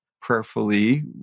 prayerfully